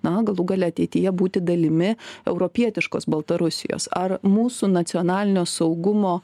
na galų gale ateityje būti dalimi europietiškos baltarusijos ar mūsų nacionalinio saugumo